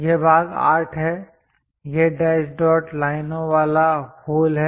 यह भाग 8 है यह डैश डॉट लाइनों वाला होल है